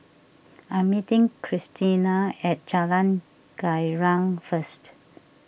I'm meeting Krystina at Jalan Girang first